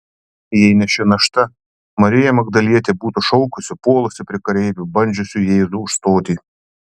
jei ne ši našta marija magdalietė būtų šaukusi puolusi prie kareivių bandžiusi jėzų užstoti